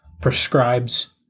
prescribes